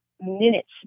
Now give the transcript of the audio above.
minutes